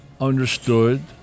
understood